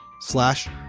slash